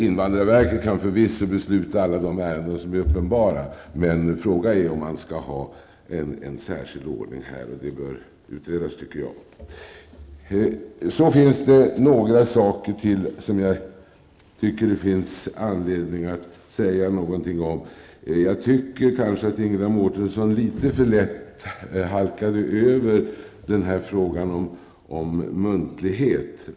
Invandrarverket kan förvisso besluta i alla de ärenden som är uppenbara, men frågan är om man skall ha en särskild ordning här. Det bör utredas, tycker jag. Några saker till tycker jag att det finns anledning att säga någonting om. Jag tycker kanske att Ingela Mårtensson litet för lätt halkade över frågan om muntlighet.